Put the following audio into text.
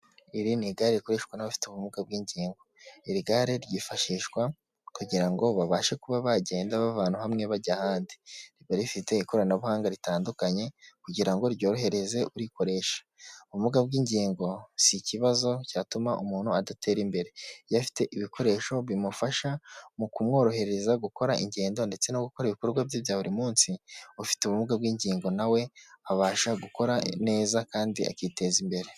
Iri ni igare rikoreshwa n'abafite ubumuga bw'ingingo. Iri gare ryifashishwa kugira ngo babashe kuba bagenda bava ahantu hamwe bajya ahandi. Rikaba rifite ikoranabuhanga ritandukanye kugira ngo ryorohereze urikoresha. Ubumuga bw'ingingo si ikibazo cyatuma umuntu adatera imbere. Iyo afite ibikoresho bimufasha mu kumworohereza gukora ingendo ndetse no gukora ibikorwa bye bya buri munsi, ufite ubumuga bw'ingingo na we abasha gukora neza kandi akiteza imbere.